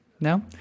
no